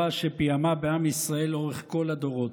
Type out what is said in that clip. שפיעמה בעם ישראל לאורך כל הדורות,